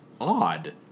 odd